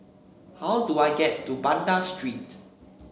how do I get to Banda Street